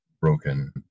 broken